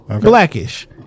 blackish